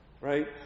Right